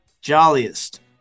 jolliest